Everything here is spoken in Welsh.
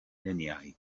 luniau